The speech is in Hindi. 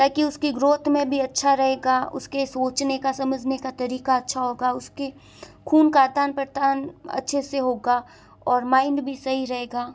ताकि उसकी ग्रोथ में भी अच्छा रहेगा उसके सोचने का समझने का तरीक़ा अच्छा होगा उसके खून का आदान प्रदान अच्छे से होगा और माइंड भी सही रहेगा